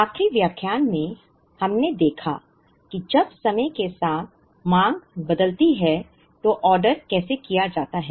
आखिरी व्याख्यान में हमने देखा कि जब समय के साथ मांग बदलती है तो ऑर्डर कैसे किया जाता है